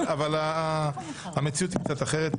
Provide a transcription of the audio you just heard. אבל המציאות היא קצת אחרת.